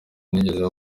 nigeze